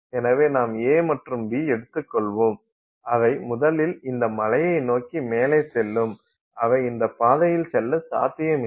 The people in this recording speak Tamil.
எனவே நாம் A மற்றும் B எடுத்துக் கொள்வோம் அவை முதலில் இந்த மலையை நோக்கி மேலே செல்லும் அவை இந்த பாதையில் செல்ல சாத்தியமில்லை